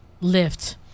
lift